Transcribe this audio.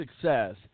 success